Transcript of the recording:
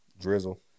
Drizzle